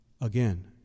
again